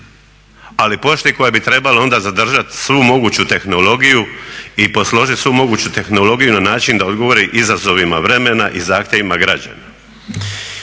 ali pošti koja bi trebala onda zadržati svu moguću tehnologiju i posložit svu moguću tehnologiju na način da odgovori izazovima vremena i zahtjevima građana.